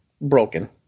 broken